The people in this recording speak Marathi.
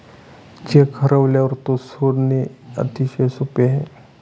चेक हरवल्यावर तो शोधणे अतिशय सोपे आहे